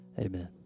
Amen